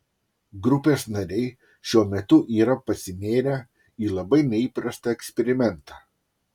grupės nariai šiuo metu yra pasinėrę į labai neįprastą eksperimentą